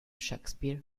shakespeare